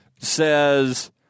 says